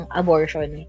abortion